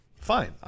fine